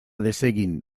desegin